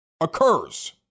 occurs